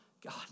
God